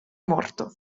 morto